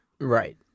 Right